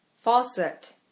Faucet